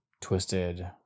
Twisted